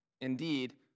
Indeed